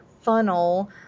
funnel